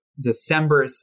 December